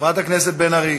חברת הכנסת בן ארי,